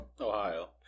Ohio